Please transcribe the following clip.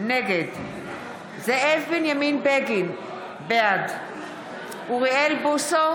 נגד זאב בנימין בגין, בעד אוריאל בוסו,